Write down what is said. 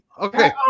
Okay